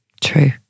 True